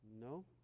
No